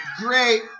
Great